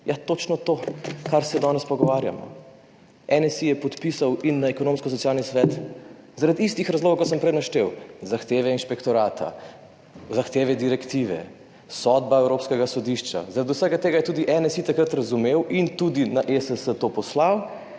Točno to, o čemer se danes pogovarjamo. NSi ga je podpisal in poslal na Ekonomsko-socialni svet zaradi istih razlogov, kot sem jih prej naštel – zahteve inšpektorata, zahteve direktive, sodba Evropskega sodišča. Zaradi vsega tega je tudi NSi takrat razumel in tudi na ESS to poslal,